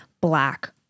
black